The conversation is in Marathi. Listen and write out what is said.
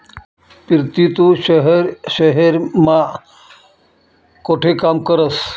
पिरती तू शहेर मा कोठे काम करस?